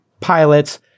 pilots